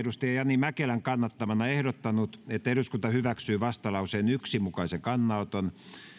jani mäkelän kannattamana ehdottanut että eduskunta hyväksyy vastalauseen yhden mukaisen kannanoton